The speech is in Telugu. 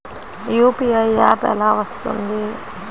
యూ.పీ.ఐ యాప్ ఎలా వస్తుంది?